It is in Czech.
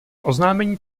oznámení